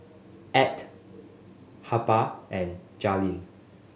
Add Harper and Jaylin